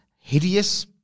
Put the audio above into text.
hideous